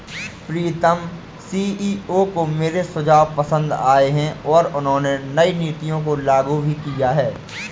प्रीतम CEO को मेरे सुझाव पसंद आए हैं और उन्होंने नई नीतियों को लागू भी किया हैं